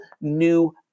new